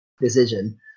decision